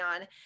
on